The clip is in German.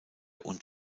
und